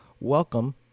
Welcome